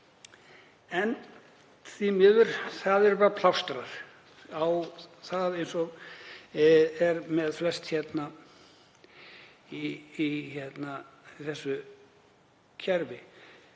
En því miður eru bara settir plástrar á það eins og er með flest hérna í þessu kerfi.